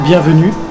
Bienvenue